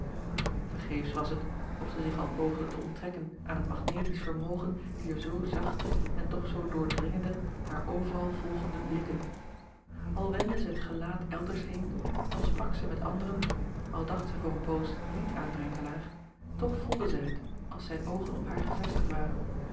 ergeefs was het of zij zich al poogde te onttrekken aan het magnetisch vermogen dier zoo zachte en toch zoo doordringende haar overal volgende blikken l wendde zij t gelaat elders heen al sprak zij met anderen al dacht zij voor een poos niet aan renkelaer toch voelde zij het als zijn oogen op haar gevestigd waren